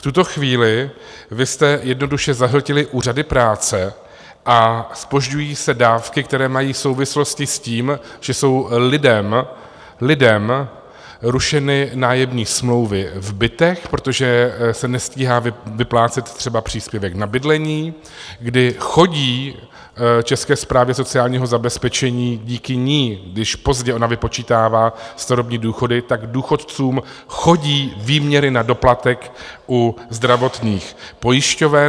V tuto chvíli vy jste jednoduše zahltili úřady práce a zpožďují se dávky, které mají souvislosti s tím, že jsou lidem rušeny nájemní smlouvy v bytech, protože se nestíhá vyplácet třeba příspěvek na bydlení, kdy chodí České správě sociálního zabezpečení díky ní, když pozdě ona vypočítává starobní důchody, důchodcům chodí výměry na doplatek u zdravotních pojišťoven.